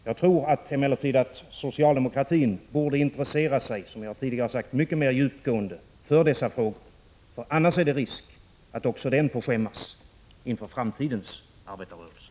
Jag tror emellertid, som jag tidigare sade, att socialdemokratin borde intressera sig mycket mer djupgående för de här frågorna. Annars är det risk att också den får skämmas inför den framtida arbetarrörelsen.